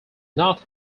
not